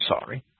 sorry